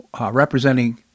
representing